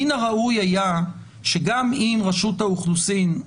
מן הראוי היה שגם אם רשות האוכלוסין,